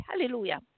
Hallelujah